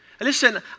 Listen